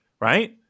right